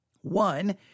One